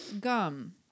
gum